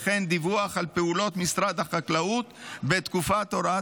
וכן דיווח על פעולות משרד החקלאות בתקופת הוראת